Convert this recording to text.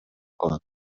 калат